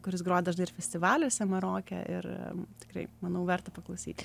kuris grodavo dažnai ir festivaliuose maroke ir tikrai manau verta paklausyti